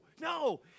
No